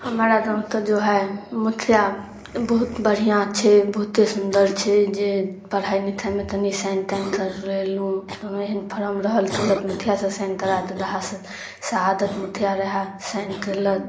हमरा गामके जो हइ मुखिआ बहुत बढ़िआँ छै बहुते सुन्दर छै जे पढ़ाइ लिखाइमे कनि साइन ताइन करबेलहुँ कोनो एहन फॉर्म रहल कहलक मुखिआसँ साइन करा तऽ दै से शहादत मुखिआ रहै साइन केलक